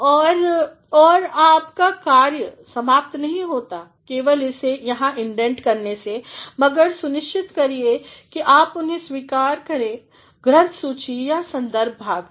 और और आपका कार्य समाप्त नहीं होता केवल इसे यहाँ इंडेंट करने से मगर सुनिश्चित करिए कि आप उन्हें स्वीकार करेंगे ग्रंथसूची या संदर्भ भाग में